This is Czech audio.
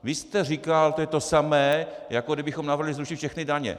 Vy jste říkal, to je to samé, jako kdybychom navrhli zrušit všechny daně.